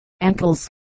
ankles